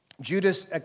Judas